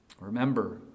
Remember